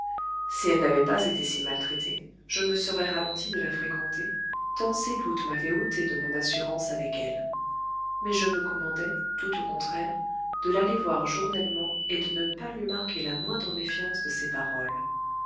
si elle n'avait pas été si maltraitée je me serais ralenti de la fréquenter tant ces doutes m'avaient ôté de mon assurance avec elle mais je me commandai tout au contraire de l'aller voir journellement et de ne pas lui marquer la moindre méfiance de ses paroles